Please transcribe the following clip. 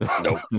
Nope